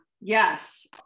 yes